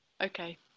Okay